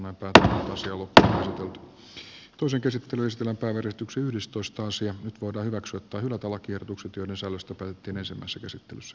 nyt voidaan hyväksyä tai hylätä lakiehdotukset joiden sisällöstä päätettiin ensimmäisessä käsittelyssä